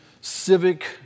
civic